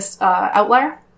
outlier